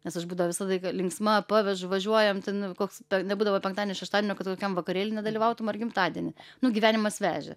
nes aš būdavau visą laiką linksma pavežu važiuojam ten koks nebūdavo penktadienio šeštadienio kad kokiam vakarėly nedalyvautum ar gimtadieny nu gyvenimas vežė